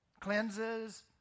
cleanses